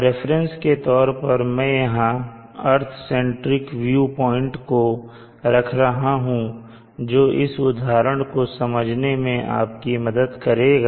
reference के तौर पर मैं यहां अर्थ सेंट्रिक व्यू प्वाइंट को रख रहा हूं जो इस उदाहरण को समझने में आपकी मदद करेगा